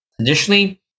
Additionally